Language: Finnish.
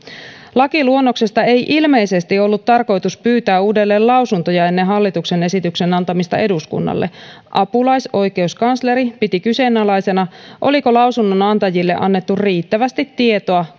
lakiluonnoksesta ei ilmeisesti ollut tarkoitus pyytää uudelleen lausuntoja ennen hallituksen esityksen antamista eduskunnalle apulaisoikeuskansleri piti kyseenalaisena oliko lausunnonantajille annettu riittävästi tietoa